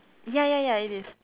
ya ya ya it is